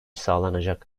sağlanacak